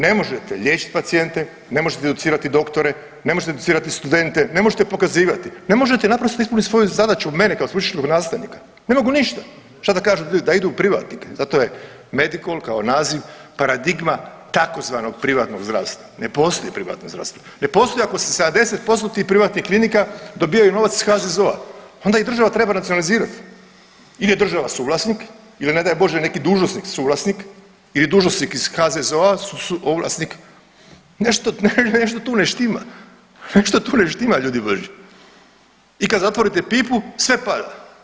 Ne možete liječit pacijente, ne možete educirati doktore, ne možete educirati studente, ne možete pokazivati, ne možete naprosto ispunit svoju zadaću mene kao stručnog nastavnika, ne mogu ništa, šta da kažem ljudima, da idu u privatnike, zato je Medikol kao naziv paradigma tzv. privatnog zdravstva, ne postoji privatno zdravstvo, ne postoji ako se 70% tih privatnih klinika dobijaju novac iz HZZO-a, onda ih država treba nacionalizirat ili je država suvlasnik ili ne daj Bože neki dužnosnik suvlasnik ili dužnosnik iz HZZO-a suvlasnik, nešto, nešto tu ne štima, nešto tu ne štima ljudi božji i kad zatvorite pipu sve pada.